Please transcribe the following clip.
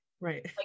Right